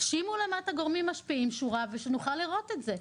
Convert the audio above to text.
שימו שורה למטה: "גורמים משפיעים" שנוכל לראות את זה.